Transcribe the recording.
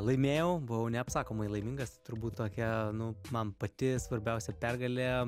laimėjau buvau neapsakomai laimingas turbūt tokia nu man pati svarbiausia pergalė